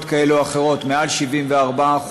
כאלה ואחרות בדרגת אי-כושר להשתכר של מעל 74%,